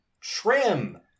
trim